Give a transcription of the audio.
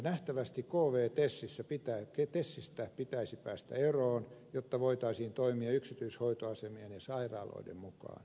nähtävästi kvtesistä pitäisi päästää eroon jotta voitaisiin toimia yksityishoitoasemien ja sairaaloiden mukaan